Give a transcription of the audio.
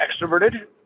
extroverted